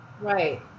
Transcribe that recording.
Right